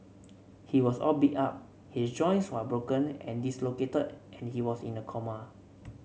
he was all beat up his joints were broken and dislocated and he was in a coma